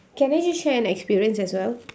can I just share an experience as well